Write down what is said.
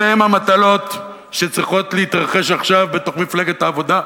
אלה הן המטלות שצריכות להתרחש עכשיו בתוך מפלגת העבודה,